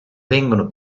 vengono